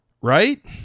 right